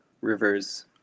River's